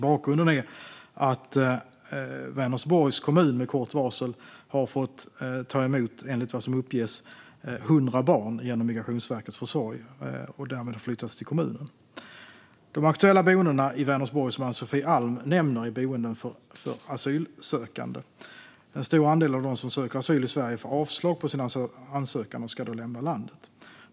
Bakgrunden är att Vänersborgs kommun med kort varsel har fått ta emot, enligt vad som uppges, 100 barn som genom Migrationsverkets försorg flyttats till kommunen. De aktuella boendena i Vänersborg, som Ann-Sofie Alm nämner, är boenden för asylsökande. En stor andel av dem som söker asyl i Sverige får avslag på sin ansökan och ska då lämna landet.